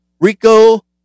Rico